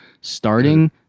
starting